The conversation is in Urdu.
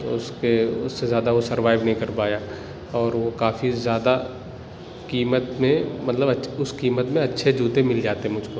اُس کے اُس سے زیادہ وہ سروائیو نہیں کر پایا اور وہ کافی زیادہ قیمت میں مطلب اچھا اُس قیمت میں اچھے جوتے مل جاتے مجھ کو